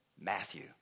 Matthew